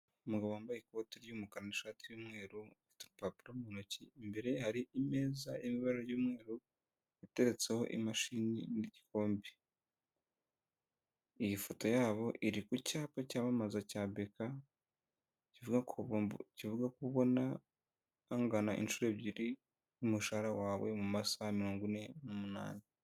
Umugabo wambaye ikoti ry'umukara nishati y'umweru, ufite upapuro mu ntoki. Imbere ye hari imeza irimo ibara ry'umweru, iteretse imashini n'igikombe. Iyi foto yabo iri ku cyapa cyamamaza cyivuga ko ubona akubye inshuro ebyiri, umushahara wawe mu masaha makumyabiri n'umunani.